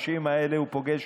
הינה, את רואה?